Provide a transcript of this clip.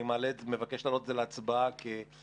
אני מבקש להעלות את זה להצבעה אחת